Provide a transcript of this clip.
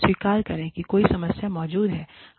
स्वीकार करें कि कोई समस्या मौजूद है